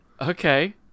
Okay